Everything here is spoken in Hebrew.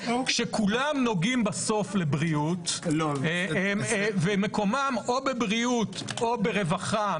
כשכולם נוגעים בסוף לבריאות ומקומם או בבריאות או ברווחה,